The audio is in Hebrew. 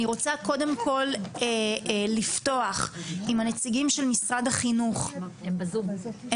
אני רוצה קודם כל לפתוח עם נציגי משרד החינוך בזום.